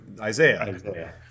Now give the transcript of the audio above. Isaiah